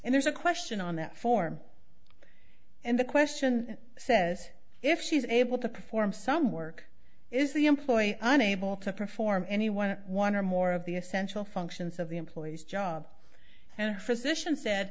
and there's a question on that form and the question says if she's able to perform some work is the employ unable to perform any one to one or more of the essential functions of the employee's job and physician